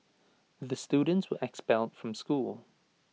the students were expelled from school